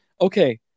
Okay